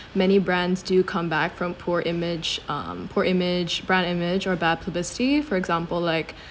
many brands do come back from poor image um poor image brand image or bad publicity for example like